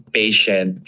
patient